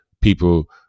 people